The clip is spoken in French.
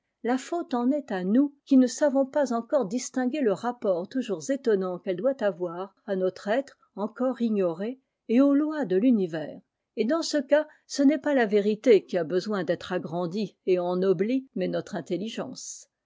la faute en est à nous qui ne avons pas encore distinguer le rapport toujours i tonnant qu'elle doit avoir à notre être m j ignoré et aux lois de l'univers et dans îe ce n'est pas la vérité qui a besoin d'être agrandie et ennoblie mais notre intelligence